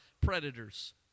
predators